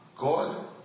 God